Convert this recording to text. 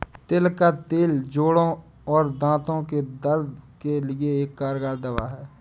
तिल का तेल जोड़ों और दांतो के दर्द के लिए एक कारगर दवा है